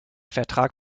vertrag